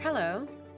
Hello